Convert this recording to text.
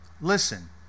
Listen